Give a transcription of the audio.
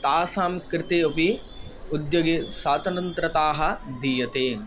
तासां कृते अपि उद्योगे स्वातन्त्रताः दीयते